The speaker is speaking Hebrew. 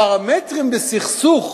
פרמטרים בסכסוך